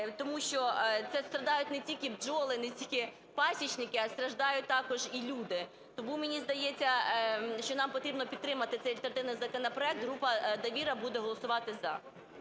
тому що страждають не тільки бджоли, не тільки пасічники, а страждають також і люди. Тому мені здається, що нам потрібно підтримати цей альтернативний законопроект. Група "Довіра" буде голосувати "за".